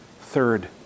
Third